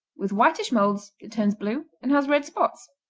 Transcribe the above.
with whitish mold that turns blue and has red spots.